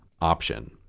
option